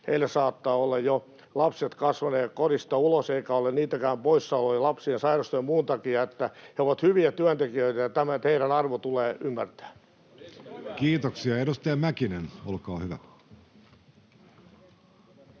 heillä saattaa olla jo lapset kasvaneet kodista ulos, eikä ole niitäkään poissaoloja — lapsia sairastuu ja muun takia. He ovat hyviä työntekijöitä, ja tämä heidän arvonsa tulee ymmärtää. [Kimmo Kiljunen: Ensimmäinen hyvä